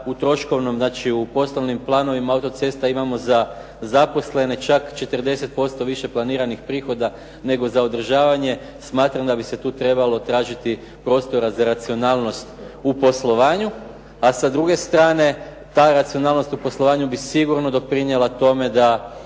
u troškovnom, znači u poslovnim planovima autocesta imamo za zaposlene čak 40% više planiranih prihoda nego za održavanje, smatram da bi se tu trebalo tražiti prostora za racionalnost u poslovanju, a sa druge strane, ta racionalnost u poslovanju bi sigurno doprinijela tome da